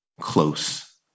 close